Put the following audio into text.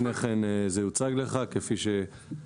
לפני כן זה יוצג לך, כפי שביקשת.